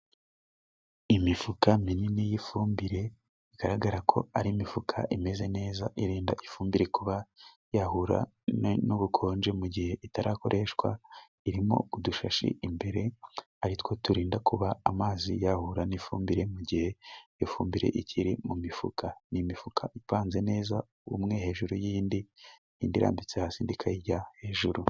Imifuka minini y'ifumbire igaragara ko ari imifuka imeze neza irinda ifumbire kuba yahura n'ubukonje mu gihe itarakoreshwa. Irimo udushashi imbere ari two turinda kuba amazi yahura n'ifumbire mu gihe ifumbire ikiri mu mifuka. Ni imifuka ipanze neza umwe hejuru y'iyindi indi irambitse hasi indi ikayijya hejuru.